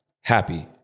Happy